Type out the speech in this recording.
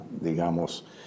digamos